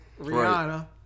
Rihanna